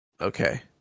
Okay